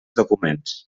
documents